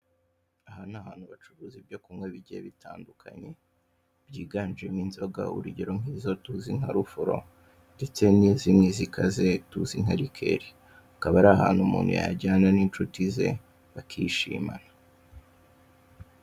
Aha ni ahantu bacuruza ibyo kunywa bigiye bitandukanye, byiganjemo inzoga, urugero nk'izo tuzi nka rufuro ndetse n'izindi zikaze tuzi nka rikeri. Hakaba ari ahantu umuntu yajyana n'inshuti ze bakishimana.